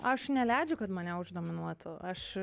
aš neleidžiu kad mane uždominuotų aš